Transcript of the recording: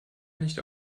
nicht